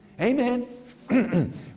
amen